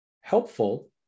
helpful